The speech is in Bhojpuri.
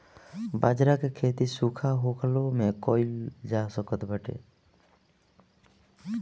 बजरा के खेती सुखा होखलो में कइल जा सकत बाटे